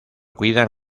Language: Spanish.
cuidan